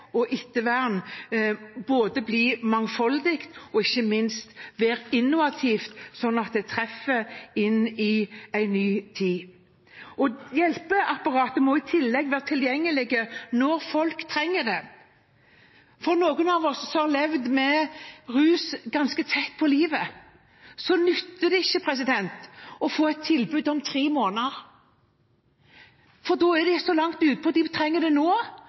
ettervern bli mangfoldig og ikke minst mer innovativt, sånn at det treffer i en ny tid. Hjelpeapparatet må i tillegg være tilgjengelig når folk trenger det. For noen av dem som har levd med rus ganske tett på livet, nytter det ikke å få et tilbud om tre måneder. Da er de så langt utpå; de trenger det nå,